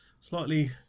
slightly